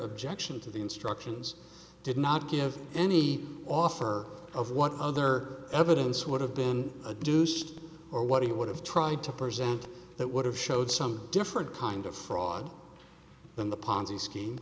objection to the instructions did not give any offer of what other evidence would have been a deuce or what he would have tried to present that would have showed some different kind of fraud than the ponzi s